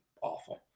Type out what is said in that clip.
awful